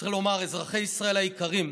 צריך לומר: אזרחי ישראל היקרים,